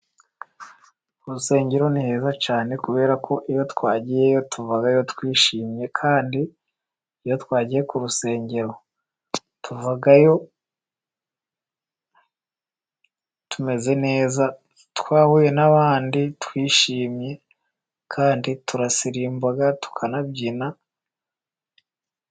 Ku rusengero ni heza cyane kuberako iyo twagiyeyo tuvayo twishimye, kandi iyo twagiye ku rusengero tuvayo tumeze neza twahuye n'abandi, twishimye kandi turasirimba tukanabyina.